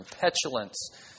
petulance